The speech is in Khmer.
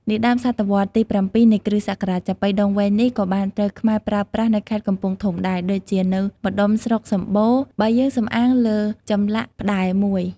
នាដើមសតវត្សរ៍ទី៧ នៃគ្រិស្តសករាជ ចាប៉ីដងវែងនេះក៏បានត្រូវខ្មែរប្រើប្រាស់នៅខេត្តកំពង់ធំដែរ ដូចជានៅម្តុំស្រុកសម្បូរ បើយើងសំអាងលើចម្លាក់ផ្តែរមួយ។